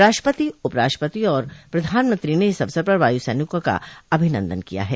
राष्ट्रपति उप राष्ट्रपति और प्रधानमंत्री ने इस अवसर पर वायू सैनिकों का अभिवादन किया है